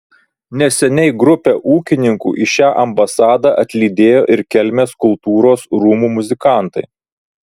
neseniai grupę ūkininkų į šią ambasadą atlydėjo ir kelmės kultūros rūmų muzikantai